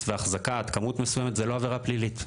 והחזקה עד כמות מסוימת זו לא עבירה פלילית.